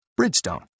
Bridgestone